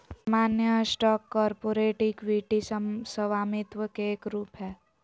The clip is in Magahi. सामान्य स्टॉक कॉरपोरेट इक्विटी स्वामित्व के एक रूप हय